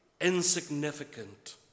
insignificant